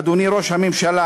אדוני ראש הממשלה,